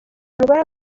umugore